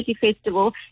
Festival